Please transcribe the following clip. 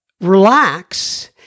relax